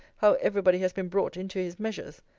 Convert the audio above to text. how every body has been brought into his measures.